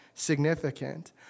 significant